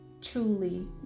...truly